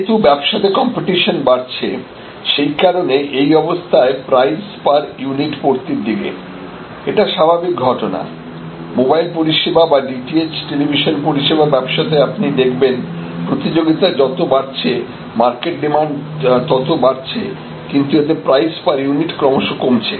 যেহেতু ব্যবসাতে কম্পিটিশন বাড়ছে সেই কারণে এই অবস্থায় প্রাইস পার ইউনিট পড়তির দিকে এটা স্বাভাবিক ঘটনা মোবাইল পরিষেবা বা DTH টেলিভিশন পরিষেবা ব্যবসাতে আপনি দেখবেন প্রতিযোগিতা যত বাড়ছে মার্কেট ডিমান্ড তত বাড়ছে কিন্তু এতে প্রাইস পার ইউনিট ক্রমশ কমছে